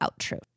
outro